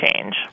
change